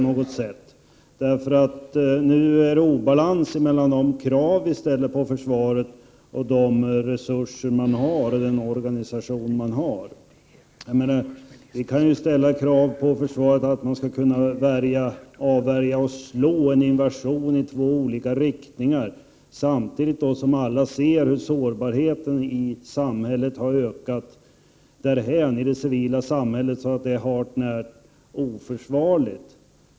Nu är det obalans mellan de krav som ställs på försvaret och de resurser och den organisation som försvaret har. Man kan ju ställa krav på försvaret att det skall avvärja och slå en invasion i två olika riktningar samtidigt som alla ser hur sårbarheten har ökat i det civila samhället att det är hart när oförsvarligt.